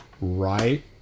right